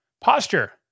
posture